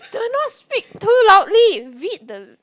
do not speak too loudly read the